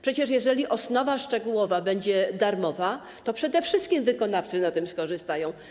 Przecież jeżeli osnowa szczegółowa będzie darmowa, to przede wszystkim wykonawcy na tym skorzystają.